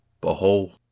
Behold